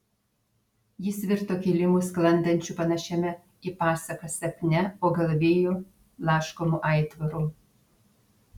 jis virto kilimu sklandančiu panašiame į pasaką sapne o gal vėjo blaškomu aitvaru